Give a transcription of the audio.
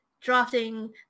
drafting